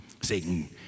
Satan